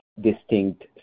Distinct